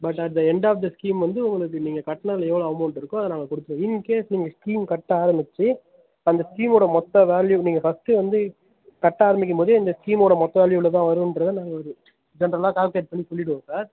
but அந்த end of the scheme வந்து உங்களுக்கு நீங்கள் கட்டுனதில் எவ்வளோ அமௌண்ட் இருக்கோ அதை நாங்கள் கொடுத்துடுவோம் இன்கேஸ் நீங்கள் ஸ்கீம் கட்ட ஆரம்பித்து அந்த ஸ்கீமோடய மொத்த வேல்யூ நீங்கள் ஃபஸ்ட்டு வந்து கட்ட ஆரம்பிக்கும் போதே இந்த ஸ்கீமோடு மொத்த வேல்யூ இவ்வளோ தான் வருங்றது நாங்கள் ஒரு ஜென்ரலாக கால்க்குலேட் பண்ணி சொல்லிவிடுவோம் சார்